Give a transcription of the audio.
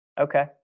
Okay